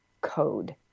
code